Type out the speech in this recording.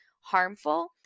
harmful